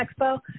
Expo